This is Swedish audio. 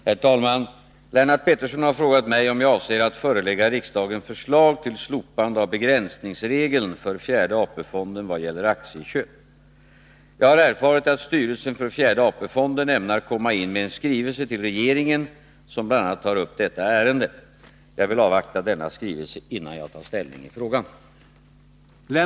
Herr talman! Lennart Pettersson har frågat mig om jag avser att förelägga riksdagen förslag till slopande av begränsningsregeln för fjärde AP-fonden vad gäller aktieköp. Jag har erfarit att styrelsen för fjärde AP-fonden ämnar komma in med en skrivelse till regeringen som bl.a. tar upp detta ärende. Jag vill avvakta denna skrivelse innan jag tar ställning i frågan.